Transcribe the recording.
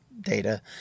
data